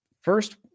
first